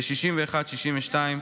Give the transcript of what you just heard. ו-62-61,